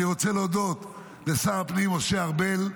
אני רוצה להודות לשר הפנים משה ארבל,